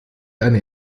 eine